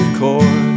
chord